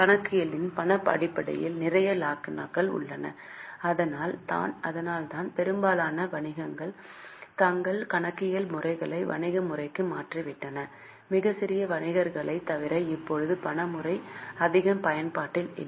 கணக்கியலின் பண அடிப்படையில் நிறைய லாகுனாக்கள்உள்ளன அதனால் தான் பெரும்பாலான வணிகங்கள் தங்கள் கணக்கியல் முறையை வணிக முறைக்கு மாற்றிவிட்டன மிகச் சிறிய வணிகங்களைத் தவிர இப்போது பண முறை அதிகம் பயன்பாட்டில் இல்லை